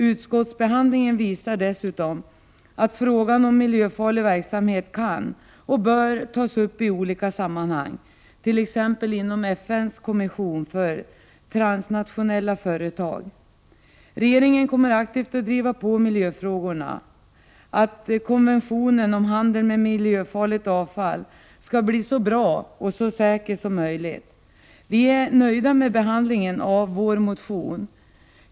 Utskottsbehandlingen visar dessutom att frågan om miljöfarlig verksamhet kan och bör tas upp i olika sammanhang, t.ex. inom FN:s kommission för transnationella företag. Regeringen kommer aktivt att driva på miljöfrågorna, så att konventionen om handel med miljöfarligt avfall skall bli så bra och så säker som möjligt. Vi är nöjda med behandlingen av vår motion.